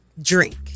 drink